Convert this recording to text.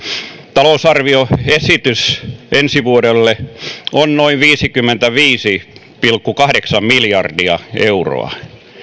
talousarvioesitys ensi vuodelle on noin viisikymmentäviisi pilkku kahdeksan miljardia euroa